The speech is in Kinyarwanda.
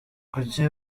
kuki